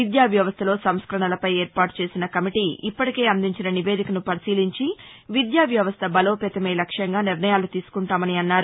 విద్యావ్యవస్థలో సంస్కరణలపై ఏర్పాటు చేసిన కమిటీ ఇప్పటికే అందించిన నివేదికను పరిశీలించి విద్యావ్యవస్థ బలోపేతమే లక్ష్యంగా నిర్ణయాలు తీసుకుంటామన్నారు